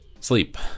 sleep